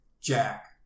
Jack